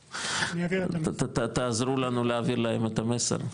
אז תעזרו לנו להעביר להם את המסר,